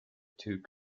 took